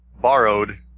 borrowed